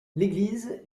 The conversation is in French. l’église